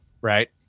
right